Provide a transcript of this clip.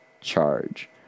charge